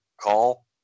call